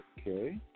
okay